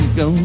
go